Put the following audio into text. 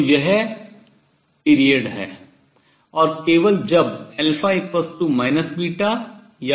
तो यह period अवधि है